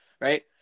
right